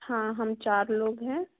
हाँ हम चार लोग हैं